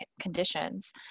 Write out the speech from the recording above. conditions